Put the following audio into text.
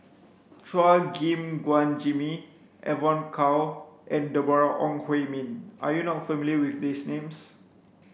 Chua Gim Guan Jimmy Evon Kow and Deborah Ong Hui Min are you not familiar with these names